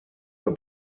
your